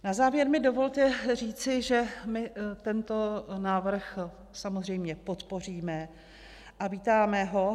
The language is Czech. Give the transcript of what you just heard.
Na závěr mi dovolte říci, že my tento návrh samozřejmě podpoříme a vítáme ho.